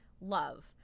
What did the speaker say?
love